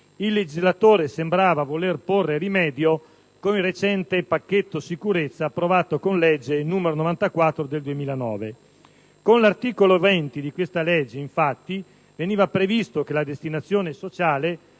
il legislatore sembrava voler porre rimedio con il recente pacchetto sicurezza, approvato con legge n. 94 del 2009. Con il comma 20 dell'articolo 2 di tale legge, infatti, veniva previsto che la destinazione sociale